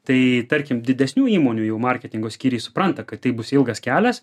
tai tarkim didesnių įmonių jų marketingo skyriai supranta kad taip bus ilgas kelias